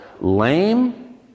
lame